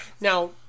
now